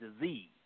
disease